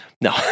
No